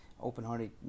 open-hearted